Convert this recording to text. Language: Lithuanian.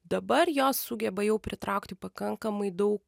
dabar jos sugeba jau pritraukti pakankamai daug